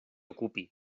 ocupi